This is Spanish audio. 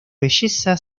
belleza